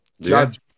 Judge